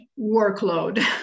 workload